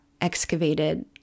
excavated